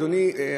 אדוני,